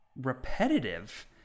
repetitive